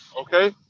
okay